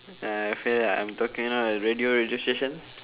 I feel like I'm talking you know like radio radio station